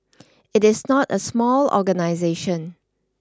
it is not a small organisation